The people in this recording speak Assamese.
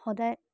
সদায়